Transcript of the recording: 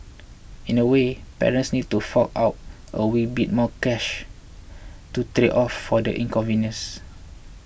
in a way parents need to fork out a wee bit more cash to trade off for the in convenience